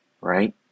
right